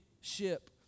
ship